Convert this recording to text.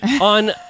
on